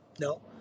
No